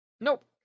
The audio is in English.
Nope